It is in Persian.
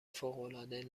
فوقالعاده